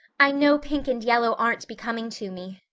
i know pink and yellow aren't becoming to me,